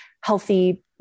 healthy